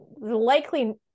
likely